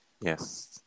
Yes